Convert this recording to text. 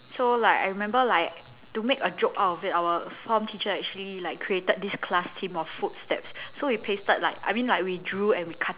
so like I remember like to make a joke out of it our form teacher actually like created this class theme of foot steps so we pasted like I mean like we drew and we cut lah